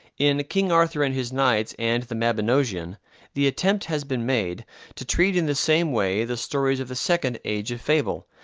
in king arthur and his knights and the mabinogeon the attempt has been made to treat in the same way the stories of the second age of fable,